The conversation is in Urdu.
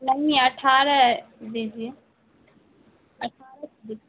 نہیں اٹھارہ دیجیے اٹھارہ